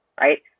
right